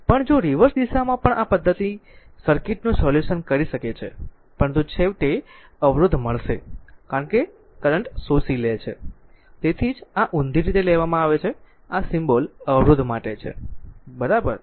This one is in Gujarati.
પણ જો રિવર્સ દિશામાં પણ આ પદ્ધતિ સર્કિટનું સોલ્યુશન કરી શકે છે પરંતુ છેવટે અવરોધ મળશે કારણ કે કરંટ શોષી લે છે તેથી જ આ ઉંધી રીતે લેવામાં આવે છે આ સિમ્બોલ અવરોધ માટે છે બરાબર